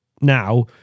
now